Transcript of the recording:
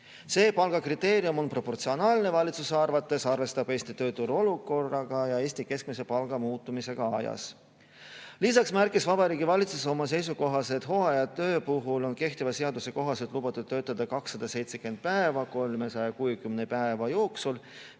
See palgakriteerium on valitsuse arvates proportsionaalne, arvestab Eesti tööturu olukorraga ja Eesti keskmise palga muutumisega ajas. Lisaks märkis Vabariigi Valitsus oma seisukohas, et hooajatöö puhul on kehtiva seaduse kohaselt lubatud töötada 270 päeva 360 päeva jooksul,